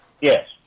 yes